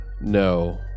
No